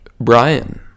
Brian